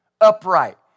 upright